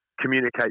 communicate